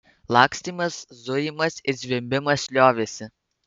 lakstymas zujimas ir zvimbimas liovėsi